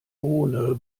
ohne